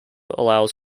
allows